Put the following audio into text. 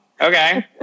okay